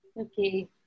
Okay